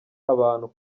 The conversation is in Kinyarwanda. abantu